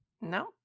no